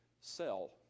sell